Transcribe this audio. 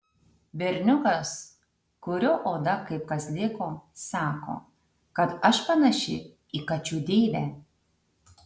berniukas kurio oda kaip kazlėko sako kad aš panaši į kačių deivę